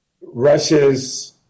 Russia's